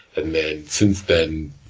and then, since then,